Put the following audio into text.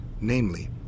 namely